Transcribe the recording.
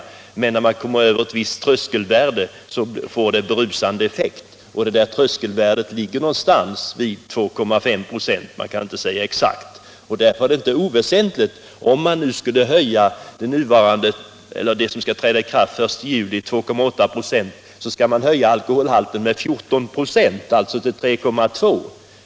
Över ett visst värde får alkoholen en berusande effekt och detta tröskelvärde ligger någonstans kring 2,5 96. Därför är det inte oväsentligt om man den 1 juli höjer alkoholhalten med 14 96, från 2,8 till 3,2.